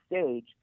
stage